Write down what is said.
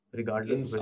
regardless